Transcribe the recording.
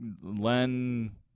Len